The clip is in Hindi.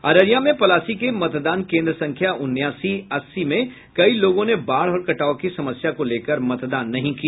अररिया में पलासी के मतदान केन्द्र संख्या उन्यासी अस्सी में कई लोगों ने बाढ़ और कटाव की समस्या को लेकर मतदान नहीं किया